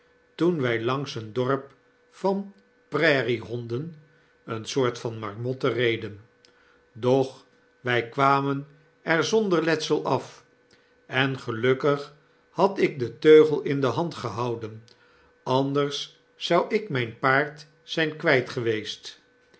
toen wy langs een d o r p van prairiehonden een soort van marmotten reden doch wy kwamen er zonder letsel af en gelukkig had ik den teugel in de hand gehouden anders zou ik myn paard zynkwyt geweest